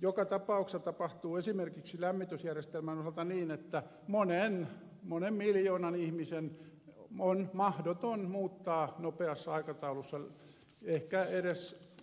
joka tapauksessa tapahtuu esimerkiksi lämmitysjärjestelmän osalta niin että monen miljoonan ihmisen on mahdoton muuttaa nopeassa aikataulussa ehkä